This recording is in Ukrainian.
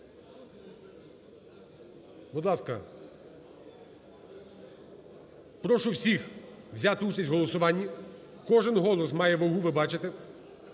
Будь ласка. Прошу всіх взяти участь в голосуванні, кожен голос має вагу, ви бачите.